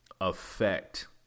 effect